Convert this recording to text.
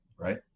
right